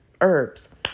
herbs